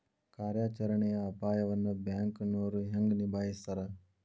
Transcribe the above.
ಕಾರ್ಯಾಚರಣೆಯ ಅಪಾಯವನ್ನ ಬ್ಯಾಂಕನೋರ್ ಹೆಂಗ ನಿಭಾಯಸ್ತಾರ